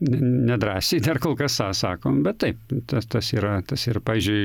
ne nedrąsiai dar kol kas sa sakom bet taip tas tas yra tas yra pavyzdžiui